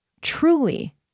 truly